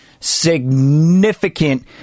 significant